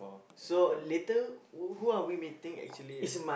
so later who are we meeting actually